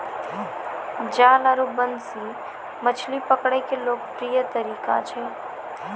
जाल आरो बंसी मछली पकड़ै के लोकप्रिय तरीका छै